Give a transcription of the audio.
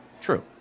True